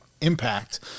impact